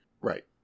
Right